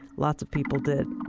lots of people did.